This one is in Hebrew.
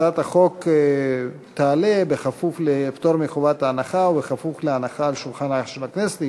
הצעת החוק תעלה בכפוף לפטור מחובת ההנחה ובכפוף להנחה על שולחן הכנסת.